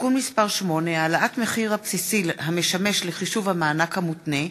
(תיקון מס' 8) (העלאת המחיר הבסיסי המשמש לחישוב המענק המותנה),